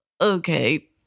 Okay